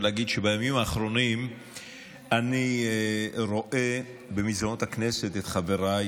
ולהגיד שבימים האחרונים אני רואה במסדרונות הכנסת את חבריי